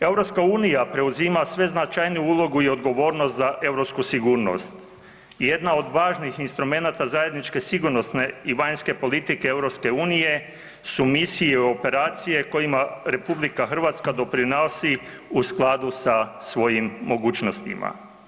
EU preuzima sve značajniju ulogu i odgovornost za europsku sigurnost i jedna od važnih instrumenata zajedničke sigurnosne i vanjske politike EU su misije i operacije kojima RH doprinosi u skladu sa svojim mogućnostima.